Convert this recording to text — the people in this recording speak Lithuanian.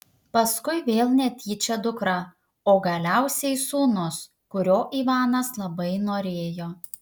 paskui vėl netyčia dukra o galiausiai sūnus kurio ivanas labai norėjo